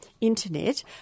internet